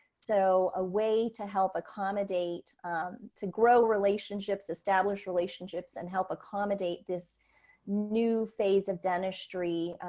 so a way to help accommodate to grow relationships, establish relationships, and help accommodate this new phase of dentistry.